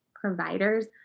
providers